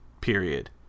period